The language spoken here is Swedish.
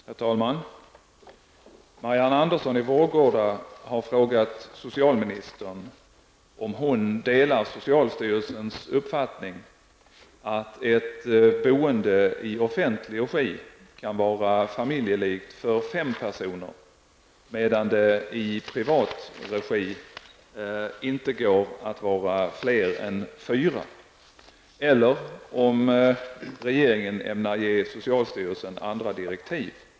Herr talman! Marianne Andersson i Vårgårda har frågat socialministern om hon delar socialstyrelsens uppfattning att ett boende i offentlig regi kan vara familjelikt för fem personer medan det i privat regi inte går att vara fler än fyra eller om regeringen ämnar ge socialstyrelsen andra direktiv.